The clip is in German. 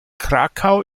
krakau